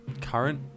Current